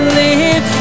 live